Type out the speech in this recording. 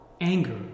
anger